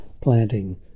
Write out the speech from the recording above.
planting